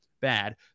bad